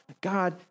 God